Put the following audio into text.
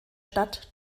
stadt